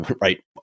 right